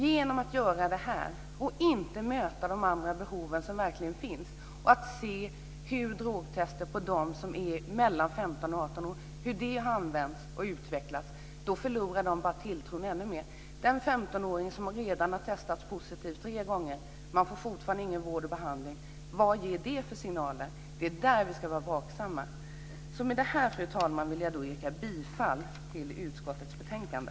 Genom att göra det här och inte möta de andra behov som verkligen finns, genom att inte undersöka hur drogtester på dem som är mellan 15 och 18 år används och utvecklas förlorar de bara tilltron ännu mer. Vad ger det för signaler när den 15-åring som redan har testats positiv tre gånger fortfarande inte får någon vård och behandling? Det är där vi ska vara vaksamma. Med detta, fru talman, vill jag yrka bifall till förslagen i utskottets betänkande.